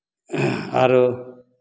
आरो